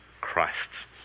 Christ